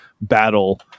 battle